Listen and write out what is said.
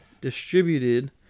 distributed